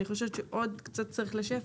אני חושבת שעוד קצת צריך לשייף.